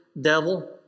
devil